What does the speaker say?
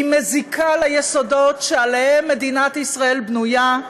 היא מזיקה ליסודות שעליהם מדינת ישראל בנויה.